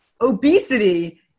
obesity